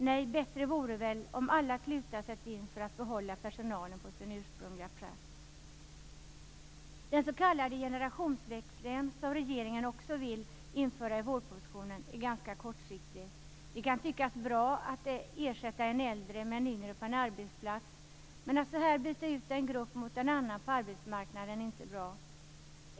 Det vore väl bättre om alla klutar sattes in för att behålla de berörda på deras ursprungliga platser. Också den s.k. generationsväxling som regeringen vill införa i vårpropositionen är ganska kortsiktig. Det kan tyckas bra att ersätta en äldre med en yngre på en arbetsplats, men det är inte bra att på detta sätt byta ut en grupp mot en annan på arbetsmarknaden.